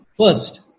First